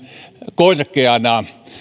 korkeana